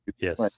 Yes